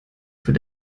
für